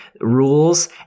rules